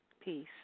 Peace